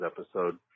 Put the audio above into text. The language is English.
episode